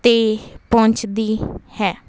'ਤੇ ਪਹੁੰਚਦੀ ਹੈ